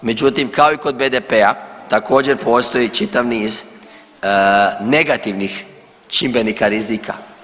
Međutim kao i kod BDP-a također postoji čitav niz negativnih čimbenika rizika.